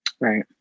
Right